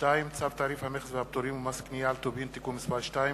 2. צו תעריף המכס והפטורים ומס קנייה על טובין (תיקון מס' 2),